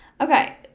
Okay